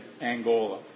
Angola